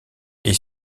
est